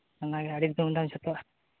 ᱚᱱᱟᱜᱮ ᱟᱹᱰᱤ ᱫᱷᱩᱢᱫᱷᱟᱢ ᱪᱷᱩᱴᱟᱹᱜᱼᱟ